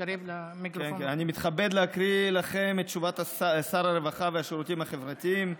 אני מתכבד להקריא לכם את תשובת שר הרווחה והשירותים החברתיים.